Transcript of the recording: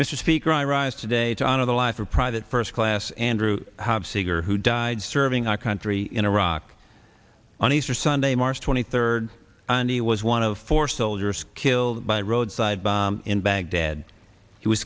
mr speaker i rise today to honor the life of private first class andrew have sigur who died serving our country in iraq on easter sunday march twenty third and he was one of four soldiers killed by roadside bomb in baghdad